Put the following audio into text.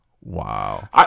Wow